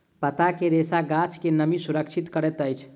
पात के रेशा गाछ के नमी सुरक्षित करैत अछि